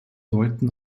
deuten